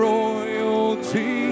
royalty